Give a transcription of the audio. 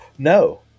No